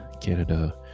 canada